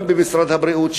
גם במשרד הבריאות,